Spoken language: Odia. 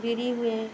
ବିରି ହୁଏ